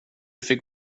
fick